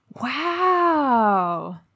Wow